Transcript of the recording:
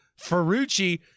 Ferrucci